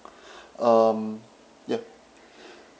um yup